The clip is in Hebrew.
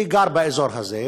אני גר באזור הזה,